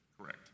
correct